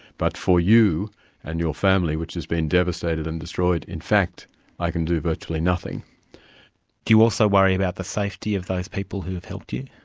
but for you and your family which has been devastated and destroyed, in fact i can do virtually nothing. do you also worry about the safety of those people who've helped you?